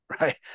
right